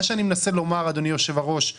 מה שאני מנסה לומר אדוני יושב הראש זה